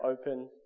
open